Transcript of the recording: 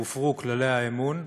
הופרו כללי האמון,